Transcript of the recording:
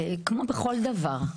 כמו בכל דבר,